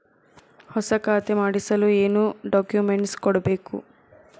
ಹೊಸ ಖಾತೆ ಮಾಡಿಸಲು ಏನು ಡಾಕುಮೆಂಟ್ಸ್ ಕೊಡಬೇಕು?